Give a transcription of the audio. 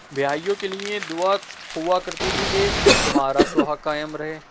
بیواؤں کے دعات ہوا کرتی تھی کہ تمہارا سہاگ قائم رہے